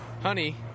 Honey